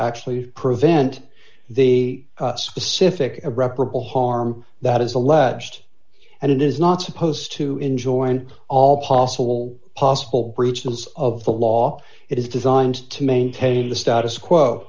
actually prevent the specific irreparable harm that is alleged and it is not supposed to enjoin all possible possible breach terms of the law it is designed to maintain the status quo